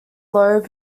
low